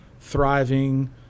thriving